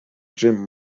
jim